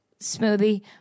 smoothie